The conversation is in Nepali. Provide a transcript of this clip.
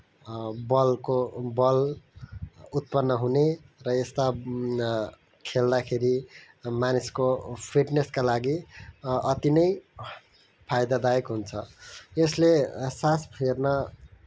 बलको बल उत्पन्न हुने र यस्ता खेल्दाखेरि मानिसको फिटनेसका लागि अतिनै फाइदादायक हुन्छ यसले सास फेर्न